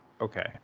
Okay